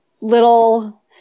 little